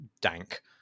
dank